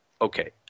okay